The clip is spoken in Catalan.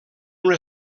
una